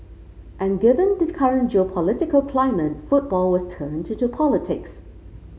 and given the current geopolitical climate football was turned into politics